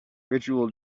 ritual